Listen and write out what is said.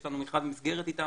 יש לנו מכרז מסגרת איתם,